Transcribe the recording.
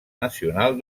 nacional